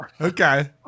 Okay